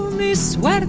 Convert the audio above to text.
this one,